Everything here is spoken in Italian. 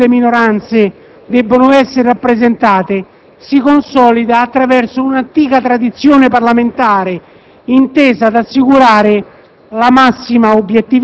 Il principio per cui le minoranze devono essere rappresentate si consolida attraverso un'antica tradizione parlamentare, intesa ad assicurare